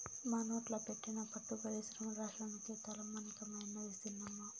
మనోట్ల పెట్టిన పట్టు పరిశ్రమ రాష్ట్రానికే తలమానికమైనాది సినమ్మా